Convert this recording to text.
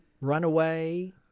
Runaway